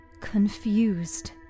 Confused